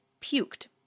puked